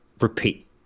repeat